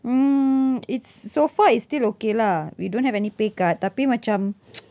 mm it's so far it's still okay lah we don't have any pay cut tapi macam